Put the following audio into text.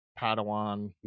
Padawan